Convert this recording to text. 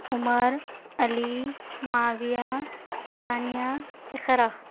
Umar Ali Muawiya Sania Iqra